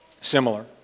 similar